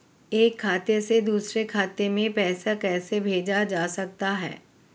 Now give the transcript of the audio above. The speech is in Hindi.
एक खाते से दूसरे खाते में पैसा कैसे भेजा जा सकता है?